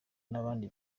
n’abandi